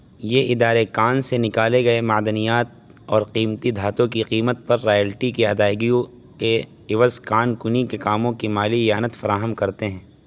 یہ ادارے کان سے نکالے گئے معدنیات اور قیمتی دھاتوں کی قیمت پر رائلٹی کی ادائیگیوں کے عوض کان کنی کے کاموں کی مالی اعانت فراہم کرتے ہیں